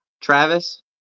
Travis